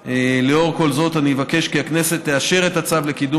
לאור כל זאת אני אבקש כי הכנסת תאשר את הצו לקידום